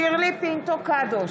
שירלי פינטו קדוש,